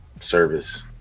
service